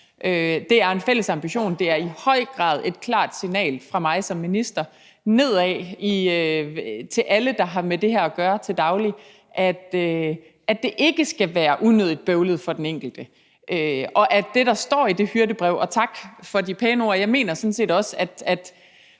Det er en fælles ambition. Det er i høj grad et klart signal fra mig som minister nedad til alle, der har med det her at gøre til daglig, om, at det ikke skal være unødig bøvlet for den enkelte. Og tak for de pæne ord i forhold til det, der står i det hyrdebrev. Jeg mener sådan set også, at